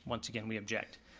once again, we object.